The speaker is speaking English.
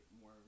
more